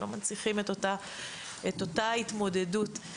ולא מנציחים את אותה ההתמודדות,